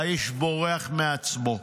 האיש בורח מעצמו.